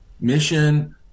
mission